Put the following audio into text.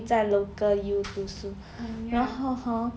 oh ya hor